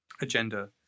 agenda